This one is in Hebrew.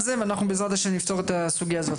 אנחנו על זה ואנחנו בע"ה נפתור את הסוגייה הזאת.